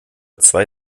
zwei